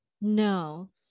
No